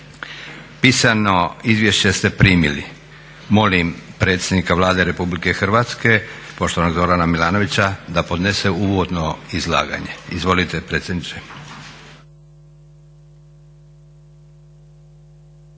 Pisano izvješće ste primili. Molim predsjednika Vlade RH poštovanog Zorana Milanovića da podnese uvodno izlaganje. Izvolite predsjedniče.